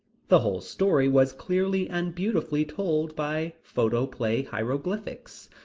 the whole story was clearly and beautifully told by photoplay hieroglyphics.